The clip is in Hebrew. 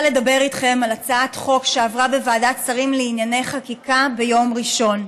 לדבר איתכם על הצעת חוק שעברה בוועדת שרים לענייני חקיקה ביום ראשון,